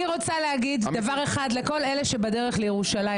אני עובר להצבעה --- אני רוצה להגיד דבר אחד לכל אלה שבדרך לירושלים,